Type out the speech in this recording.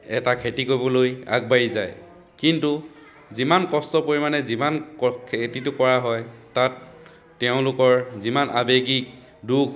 এটা খেতি কৰিবলৈ আগবাঢ়ি যায় কিন্তু যিমান কষ্টৰ পৰিমাণে যিমান ক খেতিটো কৰা হয় তাত তেওঁলোকৰ যিমান আৱেগিক দুখ